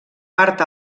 part